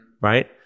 right